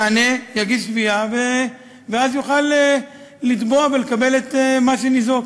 יגיש תביעה, יוכל לתבוע ולקבל את מה שניזוק.